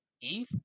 eve